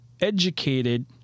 educated